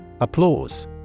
Applause